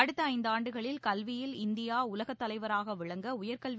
அடுத்த இந்து ஆண்டுகளில் கல்வியில் இந்தியா உலகத் தலைவராக விளங்க உயர்கல்வி